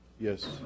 yes